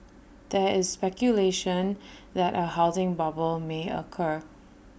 there is speculation that A housing bubble may occur